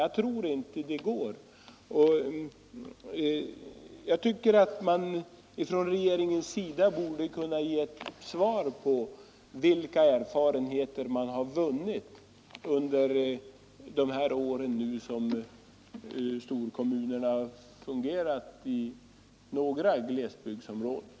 Regeringen borde kunna ge ett svar på frågan vilka erfarenheter man har vunnit under de år som storkommunerna nu har fungerat i en del glesbygdsområden.